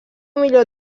millor